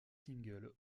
single